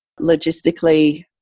logistically